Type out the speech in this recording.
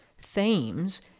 themes